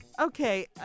okay